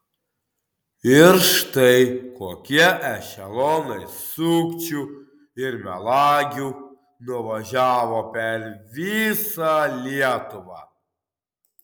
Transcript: ir štai kokie ešelonai sukčių ir melagių nuvažiavo per visą lietuvą